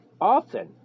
often